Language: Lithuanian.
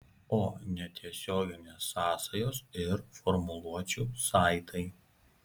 o netiesioginės sąsajos ir formuluočių saitai